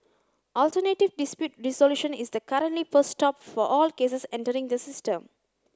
alternative dispute resolution is the currently first stop for all cases entering the system